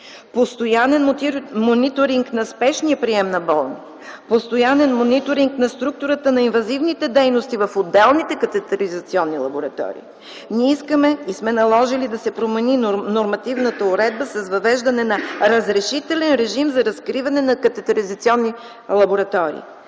постоянен мониторинг на спешния прием на болни, постоянен мониторинг на структурата на инвазивните дейности в отделните катетеризационни лаборатории. Ние искаме и сме наложили да се промени нормативната уредба с въвеждане на разрешителен режим за разкриване на катетеризационни лаборатории.